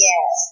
Yes